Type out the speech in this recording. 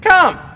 Come